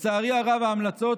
לצערי הרב, ההמלצות